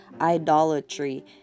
idolatry